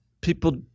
people –